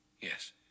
Yes